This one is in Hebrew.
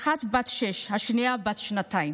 האחת בת שש והשנייה בת שנתיים.